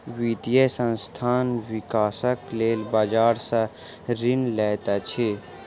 वित्तीय संस्थान, विकासक लेल बजार सॅ ऋण लैत अछि